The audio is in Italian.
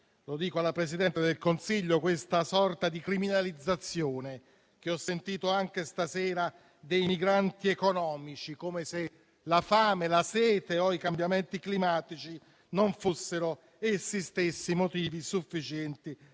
lo dico alla Presidente del Consiglio - questa sorta di criminalizzazione che ho sentito anche stasera dei migranti economici, come se la fame, la sete o i cambiamenti climatici non fossero essi stessi motivi sufficienti